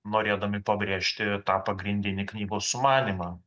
norėdami pabrėžti tą pagrindinį knygos sumanymą